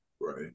Right